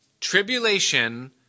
Tribulation